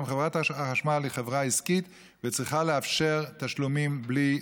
גם חברת החשמל היא חברה עסקית וצריכה לאפשר תשלומים בלי